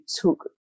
took